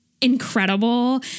incredible